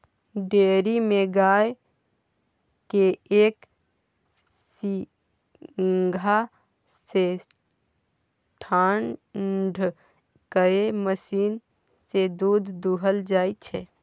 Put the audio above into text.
dairy मे गाय केँ एक सीधहा सँ ठाढ़ कए मशीन सँ दुध दुहल जाइ छै